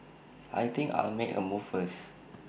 I think I'll make A move first